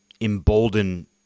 embolden